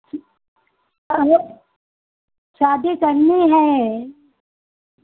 अरे शादी करनी है